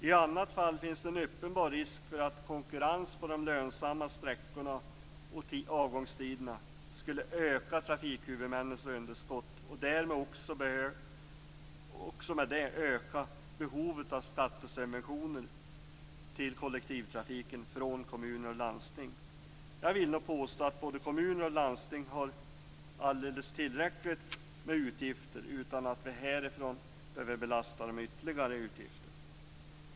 I annat fall finns det en uppenbar risk för att konkurrens på de lönsamma sträckorna och avgångstiderna skulle öka trafikhuvudmännens underskott och därmed också öka behovet av skattesubventioner till kollektivtrafiken från kommuner och landsting. Jag vill nog påstå att både kommuner och landsting har alldeles tillräckligt med utgifter utan att vi härifrån behöver belasta dem med ytterligare utgifter.